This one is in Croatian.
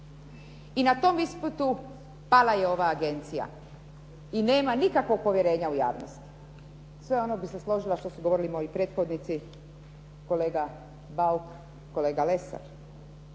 I na tom ispitu pala je ova agencija i nema nikakvog povjerenja u javnosti. Sve ono bih se složila što su govorili moji prethodnici, kolega Bauk, kolega Lesar.